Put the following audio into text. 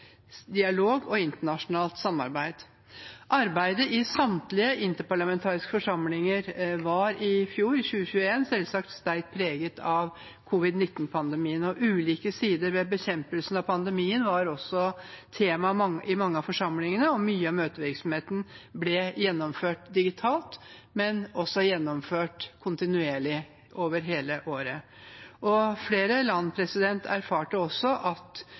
dialog og internasjonalt samarbeid. Arbeidet i samtlige interparlamentariske forsamlinger var i fjor, i 2021, selvsagt sterkt preget av covid-19-pandemien. Ulike sider ved bekjempelsen av pandemien var også tema i mange av forsamlingene, og mye av møtevirksomheten ble gjennomført digitalt, men også gjennomført kontinuerlig over hele året. Flere land erfarte også at